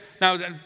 now